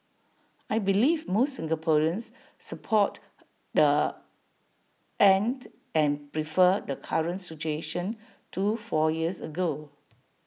I believe most Singaporeans support the end and prefer the current situation to four years ago